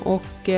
Och